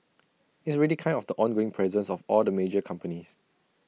it's really kind of the ongoing presence of all the major companies